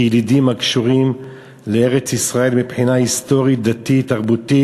כילידים הקשורים לארץ-ישראל מבחינה היסטורית-דתית-תרבותית